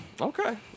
Okay